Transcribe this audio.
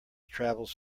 travels